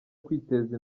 kwiteza